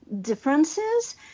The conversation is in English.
differences